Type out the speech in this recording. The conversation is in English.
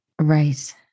Right